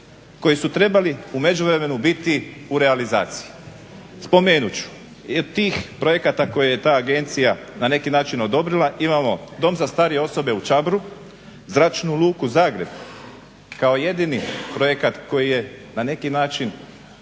koji su trebali u međuvremenu biti u realizaciji. Spomenut ću, jer tih projekata koje je ta agencija na neki način odobrila imamo dom za starije osobe u Čabru, Zračnu luku Zagreb kao jedini projekat koji je na jedini način u smislu